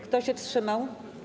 Kto się wstrzymał?